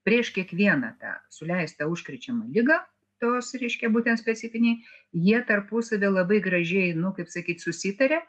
prieš kiekvieną tą suleistą užkrečiamą ligą tos reiškia būtent specifiniai jie tarpusavy labai gražiai nu kaip sakyt susitaria